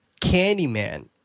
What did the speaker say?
Candyman